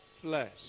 flesh